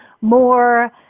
more